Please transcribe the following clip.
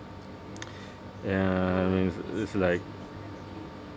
ya I mean it's it's like